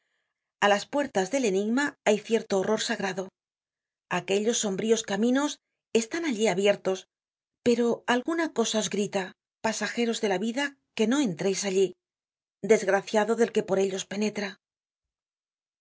a las puertas del enigma hay cierto horror sagrado aquellos sombríos caminos están allí abiertos pero alguna cosa os grita pasajeros de la vida que no entreis allí desgraciado del que por ellos penetra